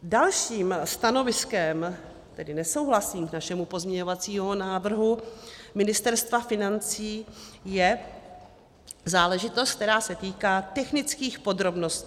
Dalším stanoviskem, tedy nesouhlasným, k našemu pozměňovacímu návrhu Ministerstva financí je záležitost, která se týká technických podrobností.